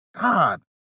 God